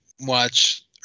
Watch